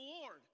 Lord